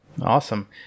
awesome